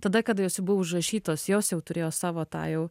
tada kada jos jau buvo užrašytos jos jau turėjo savo tą jau